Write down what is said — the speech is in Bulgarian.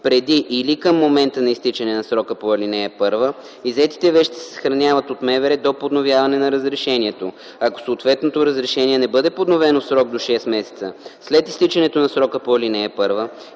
преди или към момента на изтичане на срока по ал. 1, иззетите вещи се съхраняват от МВР до подновяване на разрешението. Ако съответното разрешение не бъде подновено в срок до 6 месеца след изтичането на срока по ал. 1,